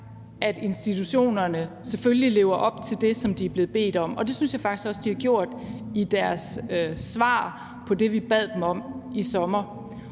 at institutionerne selvfølgelig lever op til det, de er blevet bedt om, og det synes jeg faktisk også de har gjort i deres svar på det, vi bad dem om i sommer.